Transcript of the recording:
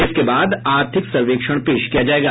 इसके बाद आर्थिक सर्वेक्षण पेश किया जायेगा